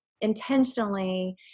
intentionally